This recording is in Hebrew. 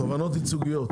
תובענות ייצוגיות.